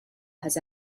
has